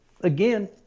again